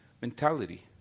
mentality